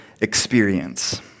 experience